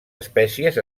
espècies